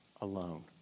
alone